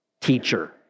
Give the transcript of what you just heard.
teacher